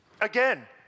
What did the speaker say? Again